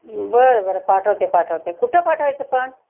बरं बरं पाठवते पाठवते कुठं पाठवायचं पण